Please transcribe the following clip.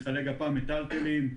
מחלק גפ"ם מטלטלים.